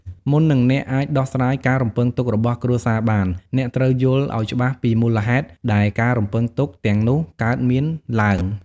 មុននឹងអ្នកអាចដោះស្រាយការរំពឹងទុករបស់គ្រួសារបាន អ្នកត្រូវយល់ឱ្យច្បាស់ពីមូលហេតុដែលការរំពឹងទុកទាំងនោះកើតមានឡើង។